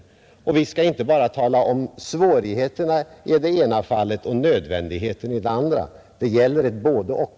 Vi skall inte bara tala om svårigheterna i det ena fallet och nödvändigheten i det andra. Det gäller ett både-och.